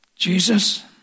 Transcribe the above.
Jesus